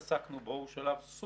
אז התרגול שלנו מתקיים,